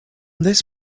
this